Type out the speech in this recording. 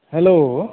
hello